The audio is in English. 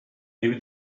maybe